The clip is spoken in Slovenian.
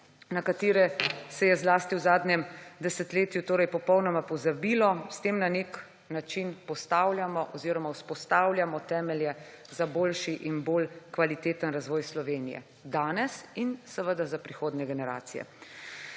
na katere se je zlasti v zadnjem desetletju popolnoma pozabilo. S tem na nek način vzpostavljamo temelje za boljši in bolj kvaliteten razvoj Slovenije danes in seveda za prihodnje generacije.